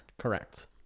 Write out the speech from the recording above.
correct